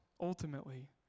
ultimately